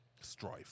strife